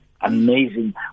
Amazing